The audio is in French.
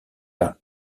par